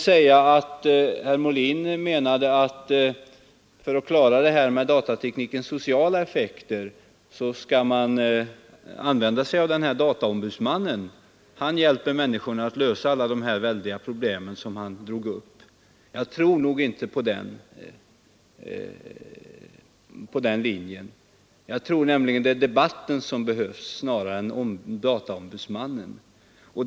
Herr Molin menade att man, för att klara datateknikens sociala effekter, skall använda dataombudsmannen, som skulle hjälpa människorna att lösa alla de väldiga problem herr Molin drog upp. Jag tror inte på den linjen. Jag tror nämligen att det är debatten som behövs snarare än dataombudsmannen.